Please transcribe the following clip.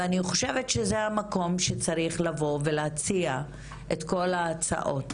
ואני חושבת שזה המקום שצריך לבוא ולהציע את כל ההצעות.